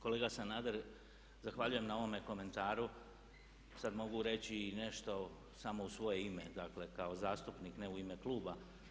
Kolega Sanader, zahvaljujem na ovome komentaru, sada mogu reći i nešto samo u svoje ime, dakle kao zastupnik, ne u ime kluba.